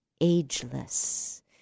ageless